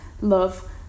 love